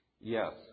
Yes